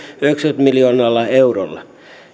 yhteensä yhdeksälläkymmenellä miljoonalla eurolla